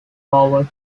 forward